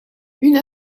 une